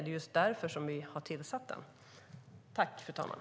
Det är därför som vi har tillsatt den.